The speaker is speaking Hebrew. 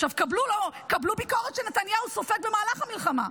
עכשיו, קבלו ביקורת שנתניהו סופג במהלך המלחמה.